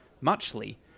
muchly